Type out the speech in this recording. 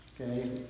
Okay